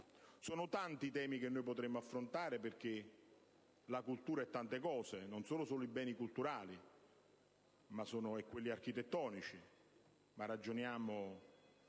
Sono tanti i temi che potremmo affrontare, perché la cultura è tante cose, non è solo i beni culturali e quelli architettonici,